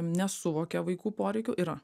nesuvokia vaikų poreikių yra